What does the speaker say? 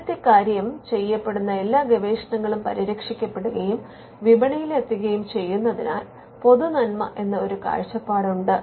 ആദ്യത്തെ കാര്യം ചെയ്യപ്പെടുന്ന എല്ലാ ഗവേഷണങ്ങളും പരിരക്ഷിക്കപെടുകയും വിപണിയിൽ എത്തുകയും ചെയ്യുന്നതിനാൽ പൊതുനന്മ എന്ന ഒരു കാഴ്ചപ്പാടുണ്ട്